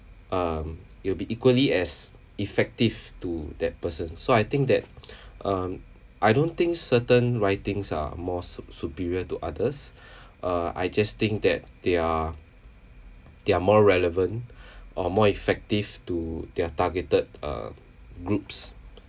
um it'll be equally as effective to that person so I think that um I don't think certain writings are more su~ superior to others uh I just think that they are they're more relevant or more effective to their targeted uh groups